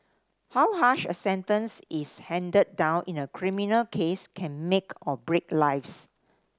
how harsh a sentence is handed down in a criminal case can make or break lives